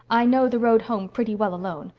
i know the road home pretty well alone.